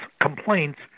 complaints